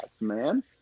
man